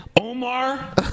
Omar